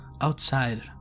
outside